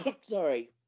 sorry